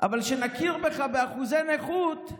אבל כשנכיר לך באחוזי נכות,